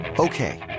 Okay